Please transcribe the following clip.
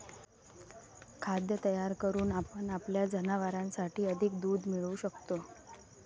खाद्य तयार करून आपण आपल्या जनावरांसाठी अधिक दूध मिळवू शकतो